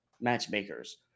matchmakers